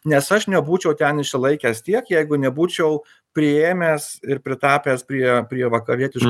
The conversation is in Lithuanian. nes aš nebūčiau ten išsilaikęs tiek jeigu nebūčiau priėmęs ir pritapęs prie prie vakarietiškų